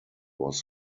was